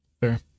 fair